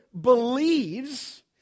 believes